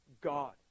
God